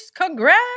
Congrats